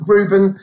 Ruben